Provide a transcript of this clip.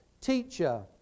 Teacher